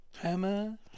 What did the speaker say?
Hammer